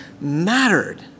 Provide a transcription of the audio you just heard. mattered